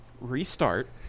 Restart